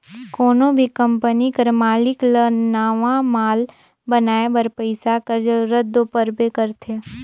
कोनो भी कंपनी कर मालिक ल नावा माल बनाए बर पइसा कर जरूरत दो परबे करथे